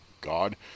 God